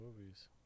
movies